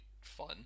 fun